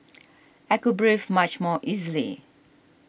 I could breathe much more easily